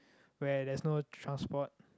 where there's no transport